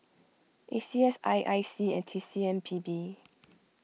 A C S I I C and T C M P B